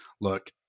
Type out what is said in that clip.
look